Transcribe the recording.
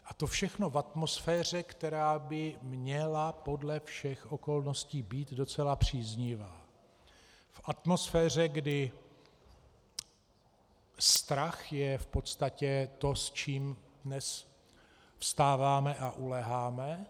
A to všechno v atmosféře, která by měla podle všech okolností být docela příznivá, v atmosféře, kdy strach je v podstatě to, s čím dnes vstáváme a uléháme.